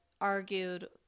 argued